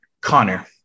Connor